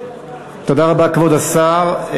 תודה רבה, כבוד השר.